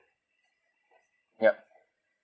yup